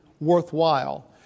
worthwhile